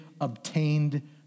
obtained